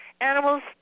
Animals